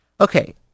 Okay